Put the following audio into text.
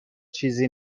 چیزی